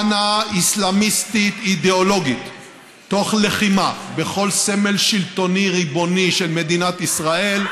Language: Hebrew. אסלאמיסטית אידיאולוגית תוך לחימה בכל סמל שלטוני ריבוני של מדינת ישראל,